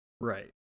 Right